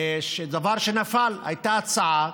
דבר שנפל, הייתה הצעה